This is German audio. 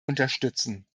unterstützen